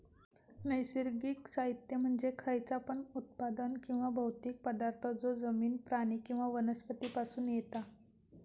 नैसर्गिक साहित्य म्हणजे खयचा पण उत्पादन किंवा भौतिक पदार्थ जो जमिन, प्राणी किंवा वनस्पती पासून येता